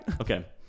Okay